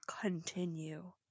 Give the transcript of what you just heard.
Continue